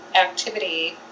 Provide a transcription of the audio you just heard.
activity